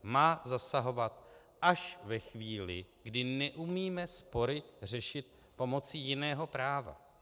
Má zasahovat až ve chvíli, kdy neumíme spory řešit pomocí jiného práva.